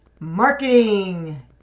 Marketing